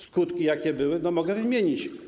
Skutki, jakie były, mogę wymienić.